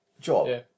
job